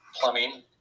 Plumbing